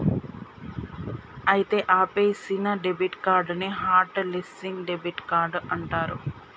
అయితే ఆపేసిన debit card ని హట్ లిస్సింగ్ డెబిట్ కార్డ్ అంటారు